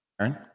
Aaron